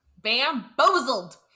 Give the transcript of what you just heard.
Bamboozled